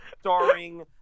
starring